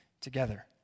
together